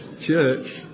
Church